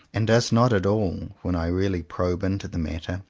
and does not at all, when i really probe into the matter,